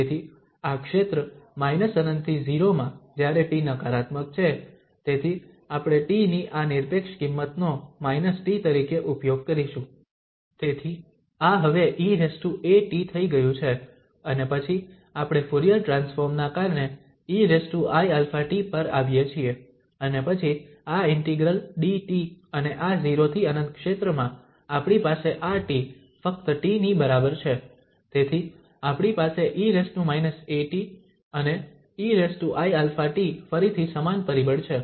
તેથી આ ક્ષેત્ર −∞ થી 0 માં જ્યારે t નકારાત્મક છે તેથી આપણે t ની આ નિરપેક્ષ કિંમતનો t તરીકે ઉપયોગ કરીશું તેથી આ હવે eat થઈ ગયું છે અને પછી આપણે ફુરીયર ટ્રાન્સફોર્મ ના કારણે eiαt પર આવીએ છીએ અને પછી આ ઇન્ટિગ્રલ dt અને આ 0 થી ∞ ક્ષેત્રમાં આપણી પાસે આ t ફક્ત t ની બરાબર છે તેથી આપણી પાસે e−at અને eiαt ફરીથી સમાન પરિબળ છે